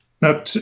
Now